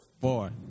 Four